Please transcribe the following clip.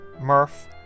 Murph